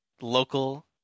local